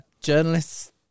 journalists